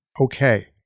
Okay